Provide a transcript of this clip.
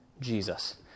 Jesus